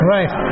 Right